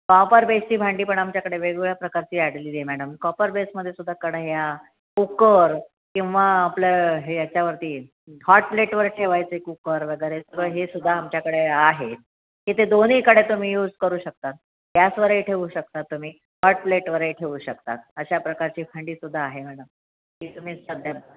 कॉपरबेसची भांडी पण आमच्याकडे वेगवेगळ्या प्रकारची आणलेली आहे मॅडम कॉपरबेसमध्ये सुद्धा कढया कुकर किंवा आपलं हे याच्यावरती हॉटप्लेटवर ठेवायचे कुकर वगैरे हे सुद्धा आमच्याकडे आहेत की ते दोन्हीकडे तुम्ही यूज करू शकतात गॅसवरही ठेवू शकतात तुम्ही हॉटप्लेटवरही ठेवू शकता अशा प्रकारची भांडीसुद्धा आहे मॅडम ती तुम्ही सध्या